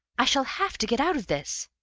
i shall have to get out of this!